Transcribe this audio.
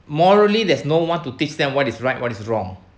morally there's no one to teach them what is right what is wrong